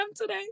today